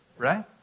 Right